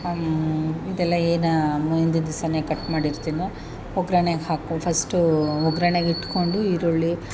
ಇದೆಲ್ಲ ಏನು ಇಂದಿನ ದಿವಸನೇ ಕಟ್ ಮಾಡಿರ್ತೀನೋ ಒಗ್ಗರಣೆಗೆ ಹಾಕೋ ಫಸ್ಟೂ ಒಗ್ರಣೆಗೆ ಇಟ್ಕೊಂಡು ಈರುಳ್ಳಿ